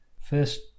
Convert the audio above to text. First